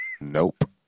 Nope